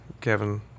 Kevin